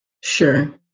Sure